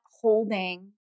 holding